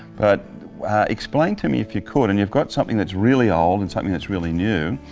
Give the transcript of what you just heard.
but explain to me if you could, and you've got something that's really old and something that's really new.